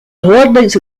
coordinates